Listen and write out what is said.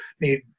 need